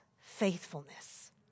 faithfulness